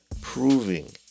proving